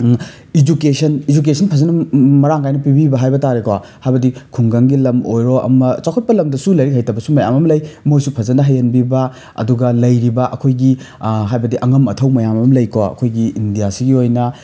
education education ꯐꯖꯅ ꯃꯔꯥꯡ ꯀꯥꯏꯅ ꯄꯤꯕꯤꯕ ꯍꯥꯏꯕ ꯇꯥꯔꯦꯀꯣ ꯍꯥꯏꯕꯗꯤ ꯈꯨꯡꯒꯪꯒꯤ ꯂꯝ ꯑꯣꯏꯔꯣ ꯑꯃ ꯆꯥꯎꯈꯠꯄ ꯂꯝꯗꯁꯨ ꯂꯥꯏꯔꯤꯛ ꯍꯩꯇꯕꯁꯨ ꯃꯌꯥꯝ ꯑꯃ ꯂꯩ ꯃꯣꯏꯁꯨ ꯐꯖꯅ ꯍꯩꯍꯟꯕꯤꯕ ꯑꯗꯨꯒ ꯂꯩꯔꯤꯕ ꯑꯩꯈꯣꯏꯒꯤ ꯍꯥꯏꯕꯗꯤ ꯑꯉꯝ ꯑꯊꯧ ꯃꯌꯥꯝ ꯑꯃ ꯂꯩꯀꯣ ꯑꯩꯈꯣꯏꯒꯤ ꯏꯟꯗꯤꯌꯥꯁꯤꯒꯤ ꯑꯣꯏꯅ